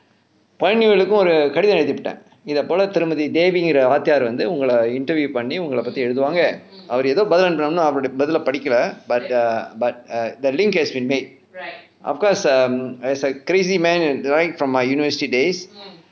pioneer இல்ல இருந்து ஒரு கடிதம் எழுதிவிட்டேன் இதை போல திருமதி தேவிகிற வாத்தியார் வந்து உங்களை:illa irunthu oru kaditham eluthivitten ithai pola thirumathi thevikira vaathiyaar vanthu ungalai interview பண்ணி உங்களை பற்றி எழுதுவாங்க அவர் ஏதோ பதில் அனுப்பலைன்னா அவரோட பதிலை படிக்கலை:panni ungalai patri eluthuvaanga avar etho pathil anuppalannaa avaroda pathila padikkalai but err but err the link has been made of course um as a crazy man and right from my university days